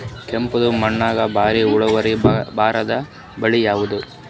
ಕೆಂಪುದ ಮಣ್ಣಾಗ ಭಾರಿ ಇಳುವರಿ ಬರಾದ ಬೆಳಿ ಯಾವುದು?